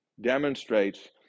demonstrates